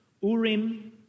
Urim